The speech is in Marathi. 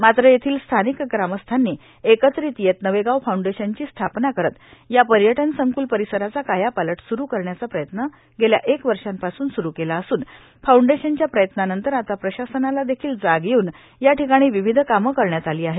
मात्र येथील स्थानिक ग्रामस्थांनी एकत्रित येत नवेगाव फाउंडेशनची स्थापना करत या पर्यटन संक्ल परिसराचा कायापालट स्रु करण्याचा प्रयत्न गेल्या एक वर्षापासून स्रु केला असून फाउंडेशनच्या प्रयत्नानंतर आता प्रशासनाला देखील जाग येऊन या ठिकाणी विविध कामे करण्यात आली आहे